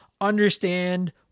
understand